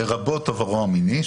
לרבות עברו המיני,